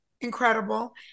incredible